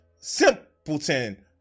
simpleton